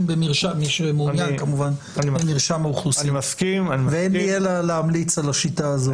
במרשם האוכלוסין ואין לי אלא להמליץ על השיטה הזו.